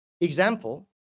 example